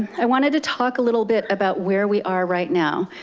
i wanted to talk a little bit about where we are right now.